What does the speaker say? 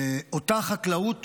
אותה חקלאות